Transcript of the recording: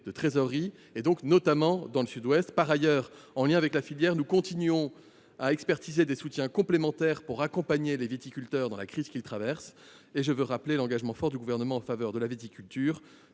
de trésorerie, notamment dans le Sud Ouest. Par ailleurs, en lien avec la filière, nous continuons à étudier des soutiens complémentaires, pour accompagner les viticulteurs dans la crise qu’ils traversent. Je veux également rappeler l’engagement fort du Gouvernement en faveur de la viticulture